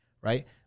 Right